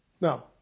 Now